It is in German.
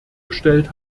gestellt